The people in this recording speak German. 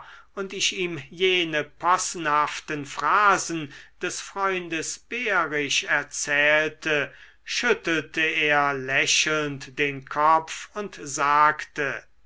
und ich ihm jene possenhaften phrasen des freundes behrisch erzählte schüttelte er lächelnd den kopf und sagte